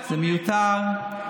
זה מיותר.